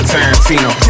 Tarantino